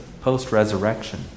post-resurrection